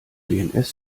dns